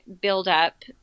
buildup